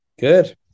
Good